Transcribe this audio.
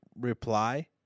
reply